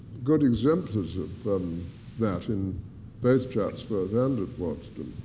good exemplars of that in both chatsworth and at waddesdon.